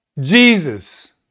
Jesus